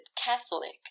Catholic